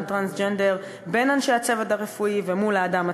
טרנסג'נדר בין אנשי הצוות הרפואי ומול האדם עצמו,